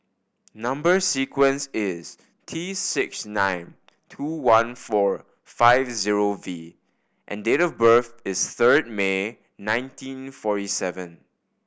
number sequence is T six nine two one four five zero V and date of birth is third May nineteen forty seven